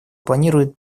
планирует